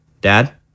Dad